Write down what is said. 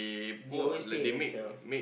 they always stay themselves